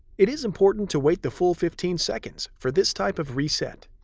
it is important to wait the full fifteen seconds for this type of reset.